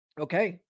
okay